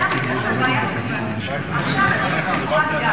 אנחנו מדברים עכשיו על קורת גג.